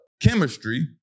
chemistry